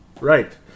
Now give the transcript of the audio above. Right